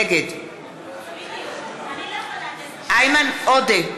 בצלאל סמוטריץ, נגד סאלח סעד, נגד איימן עודה,